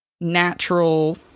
natural